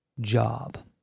job